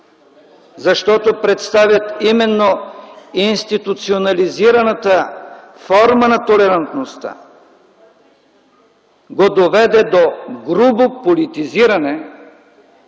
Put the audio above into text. Защото представят именно институционализираната форма на толерантността го доведе до грубо политизиране